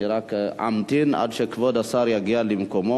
אני רק אמתין עד שכבוד סגן השר יגיע למקומו.